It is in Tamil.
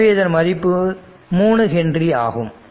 எனவே இதன் மதிப்பு 3 ஹென்ரி ஆகும்